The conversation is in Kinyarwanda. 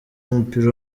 w’umupira